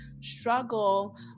struggle